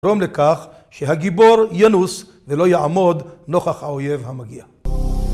יתרום לכך שהגיבור ינוס ולא יעמוד נוכח האויב המגיע.